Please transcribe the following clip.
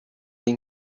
این